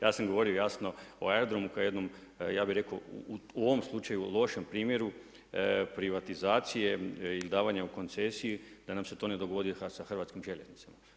Ja sam govorio jasno o aerodromu kao jednom, ja bih rekao u ovom slučaju lošem primjeru privatizacije ili davanja u koncesiju da nam se to ne dogodi sa Hrvatskim željeznicama.